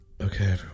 Okay